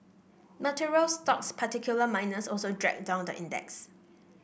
materials stocks particular miners also dragged down the index